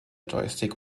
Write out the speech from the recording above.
joystick